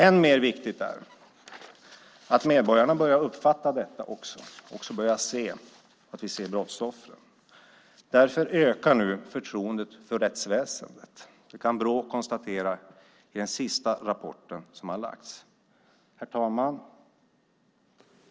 Än mer viktigt är att medborgarna börjar uppfatta detta och ser att vi ser brottsoffren. Därför ökar nu förtroendet för rättsväsendet. Det kan Brå konstatera i den senaste rapporten som har lagts fram. Herr talman!